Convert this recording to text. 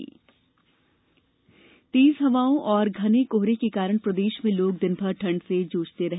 मौसम तेज हवाओं और घने कोहरे के कारण प्रदेश में लोग दिनभर ठंड से जूझते रहे